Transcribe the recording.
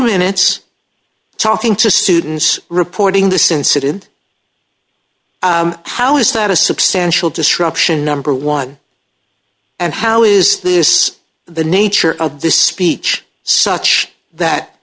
minutes talking to students reporting this incident how is that a substantial disruption number one and how is this the nature of the speech such that